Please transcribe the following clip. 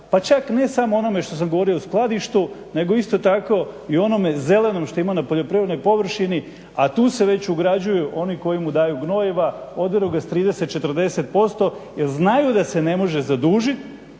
pa čak ne samo o onome što sam govorio o skladištu nego isto tako i o onome zelenom što ima na poljoprivrednoj površini, a tu se već ugrađuju oni koji mu daju gnojiva, oderu ga s 30, 40% jel znaju da se ne može zadužiti.